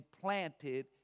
planted